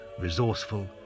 resourceful